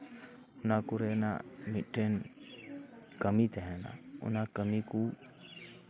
ᱚᱱᱟ ᱠᱚᱨᱮᱱᱟᱜ ᱢᱤᱫᱴᱮᱱ ᱠᱟᱹᱢᱤ ᱛᱟᱦᱮᱱᱟ ᱚᱱᱟ ᱠᱟᱹᱢᱤ ᱠᱚ